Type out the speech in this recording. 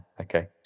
okay